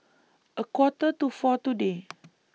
A Quarter to four today